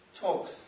talks